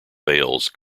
fails